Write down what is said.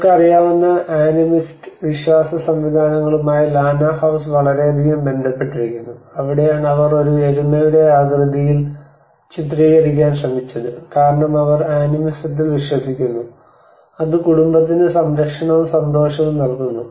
നിങ്ങൾക്ക് അറിയാവുന്ന ആനിമിസ്റ്റ് വിശ്വാസ സംവിധാനങ്ങളുമായി ലാന ഹൌസ്സ് വളരെയധികം ബന്ധപ്പെട്ടിരിക്കുന്നു അവിടെയാണ് അവർ ഒരു എരുമയുടെ ആകൃതിയിൽ ചിത്രീകരിക്കാൻ ശ്രമിച്ചത് കാരണം അവർ ആനിമിസത്തിൽ വിശ്വസിക്കുന്നു അത് കുടുംബത്തിന് സംരക്ഷണവും സന്തോഷവും നൽകുന്നു